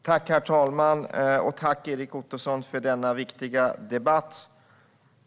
Herr talman! Tack, Erik Ottoson, för denna viktiga debatt!